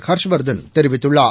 ஹாஷ்வர்தன் தெரிவித்துள்ளார்